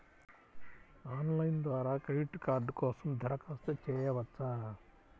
Online ద్వారా credit card కోసం దరఖాస్తు చేయవచ్చా?